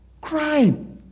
crime